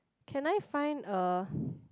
can I find a